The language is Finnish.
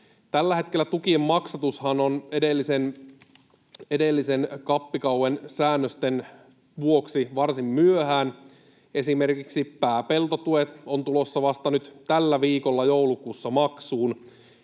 Tällä hetkellähän tukien maksatus on edellisen CAP-kauden säännösten vuoksi varsin myöhään. Esimerkiksi pääpeltotuet ovat tulossa vasta nyt tällä viikolla joulukuussa maksuun,